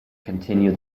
continue